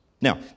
Now